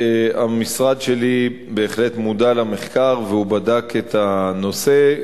המשרד שלי בהחלט מודע למחקר ובדק את הנושא.